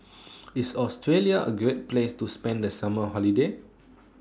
IS Australia A Great Place to spend The Summer Holiday